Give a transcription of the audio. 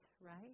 right